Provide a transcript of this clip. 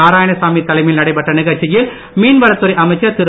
நாராயணசாமி தலைமையில் நடைபெற்ற நிகழ்ச்சியில் மீன்வளத்துறை அமைச்சர் திரு